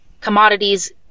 Commodities